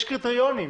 יש קריטריונים.